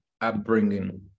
upbringing